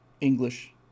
English